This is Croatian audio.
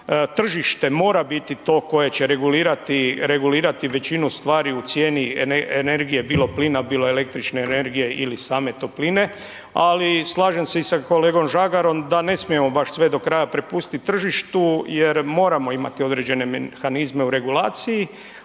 tržište mora biti to koje će regulirati, regulirati većinu stvari u cijeni energije, bilo plina, bilo električne energije ili same topline, ali slažem se i sa kolegom Žagarom da ne smijemo baš sve do kraja prepustit tržištu jer moramo imati određene mehanizme u regulaciji,